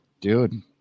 Dude